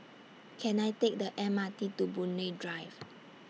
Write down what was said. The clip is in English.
Can I Take The M R T to Boon Lay Drive